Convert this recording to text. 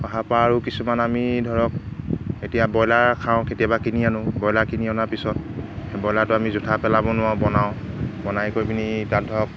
অহাৰপৰা আৰু কিছুমান আমি ধৰক এতিয়া ব্ৰইলাৰ খাওঁ কেতিয়াবা কিনি আনোঁ ব্ৰইলাৰ কিনি অনাৰ পিছত সেই ব্ৰইলাৰটো আমি জোঠা পেলাব নোৱাৰোঁ বনাওঁ বনাই কৰি পিনি তাত ধৰক